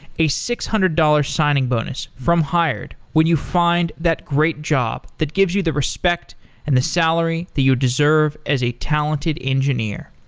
a six hundred dollars signing bonus from hired when you find that great job that gives you the respect and the salary that you deserve as a talented engineer.